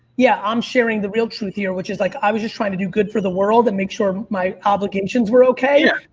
yeah. i'm sharing the real truth here, which is like, i was just trying to do good for the world and make sure my obligations were okay.